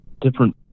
different